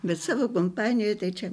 bet savo kompanijoj čia